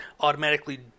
automatically